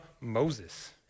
Moses